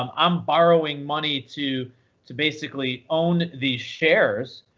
um i'm borrowing money to to basically own these shares.